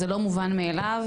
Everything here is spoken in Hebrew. וזה לא מובן מאליו.